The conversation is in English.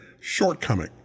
shortcoming